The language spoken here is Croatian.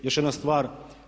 Još jedna stvar.